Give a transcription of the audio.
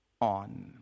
on